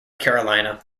carolina